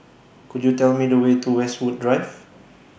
Could YOU Tell Me The Way to Westwood Drive